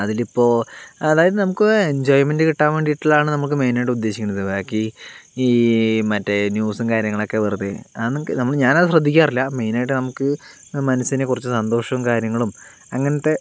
അതിലിപ്പോൾ അതായത് നമുക്കൊരു എൻജോയ്മെന്റ് കിട്ടുവാൻ വേണ്ടിയിട്ടുള്ളതാണ് നമുക്ക് മെയിനായിട്ടും ഉദ്ദേശിക്കണത് ബാക്കി ഈ മറ്റേ ന്യൂസും കാര്യങ്ങളൊക്കെ വെറുതെ അതൊന്നും നമ്മൾ ഞാൻ അത് ശ്രദ്ധിക്കാറില്ല മെയിനായിട്ട് നമുക്ക് മനസ്സിന് കുറച്ച് സന്തോഷവും കാര്യങ്ങളും അങ്ങനത്തെ